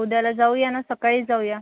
उद्याला जाऊ या नं सकाळीच जाऊ या